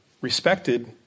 respected